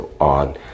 on